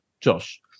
Josh